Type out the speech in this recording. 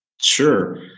Sure